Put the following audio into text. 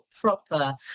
proper